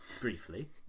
briefly